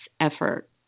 effort